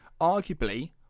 arguably